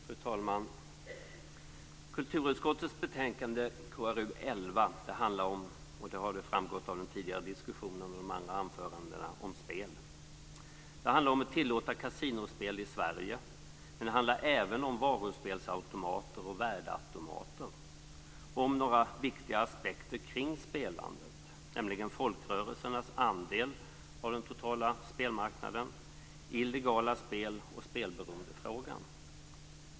Fru talman! Kulturutskottets betänkande KrU11 handlar, vilket har framgått av tidigare diskussion och de andra anförandena här, om spel. Det handlar om att tillåta kasinospel i Sverige men det handlar även om varuspelsautomater och värdeautomater och om några viktiga aspekter kring spelandet, nämligen folkrörelsernas andel av den totala spelmarknaden, illegala spel och spelberoendefrågan.